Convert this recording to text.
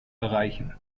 erreichen